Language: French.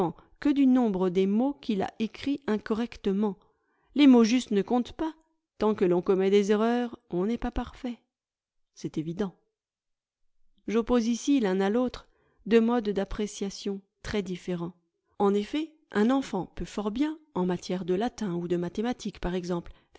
que du nom bre des mots qu'il a écrits incorrectement les mots justes ne comptent pas tant que l'on commet des erreurs on n'est pas parfait c'est évident j'oppose ici l'un à l'autre deux modes d'appréciation très différents en effet un enfant peut fort bien en matière de latin ou de mathématiques par exemple